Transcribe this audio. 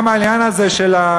גם על העניין הזה של,